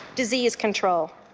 disease control